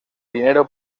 dinero